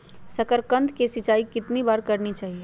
साकारकंद की सिंचाई कितनी बार करनी चाहिए?